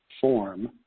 form